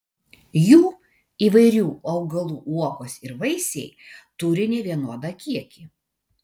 jų įvairių augalų uogos ir vaisiai turi nevienodą kiekį